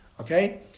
Okay